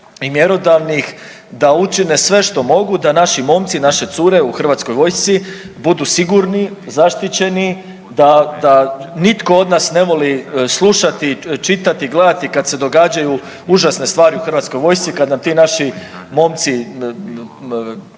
i mjerodavnih da učine sve što mogu da naši momci, naše cure u HV-u budu sigurni, zaštićeni, da nitko od nas ne voli slušati, čitati i gledati kad se događaju užasne stvari u HV-u kada ti naši momci